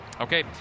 Okay